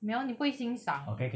没有你不会欣赏的